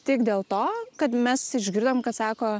tik dėl to kad mes išgirdom kad sako